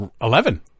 eleven